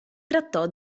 trattò